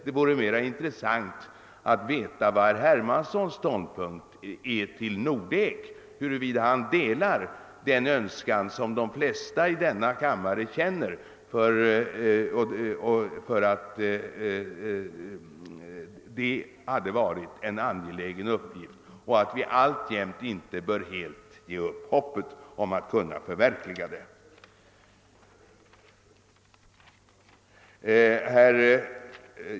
Det vore mera intressant att veta vilken ståndpunkt herr Hermansson intar i fråga om Nordek, d. v. s. huruvida han delar den uppfattning som de flesta i denna kammare hyser: att det hade varit en angelägen uppgift att genomföra Nordek och att vi fortfarande inte bör helt ge upp hoppet om dess förverkligande.